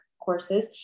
courses